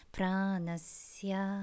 Pranasya